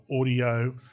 audio